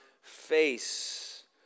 face